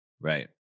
Right